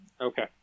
Okay